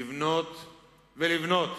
לבנות ולבנות.